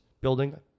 building